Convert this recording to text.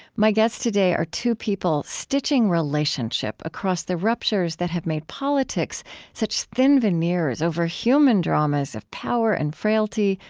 my guests today are two people stitching relationship across the ruptures that have made politics such thin veneers over human dramas of power and frailty,